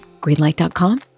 Greenlight.com